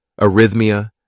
arrhythmia